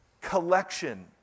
collection